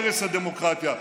ערש הדמוקרטיה,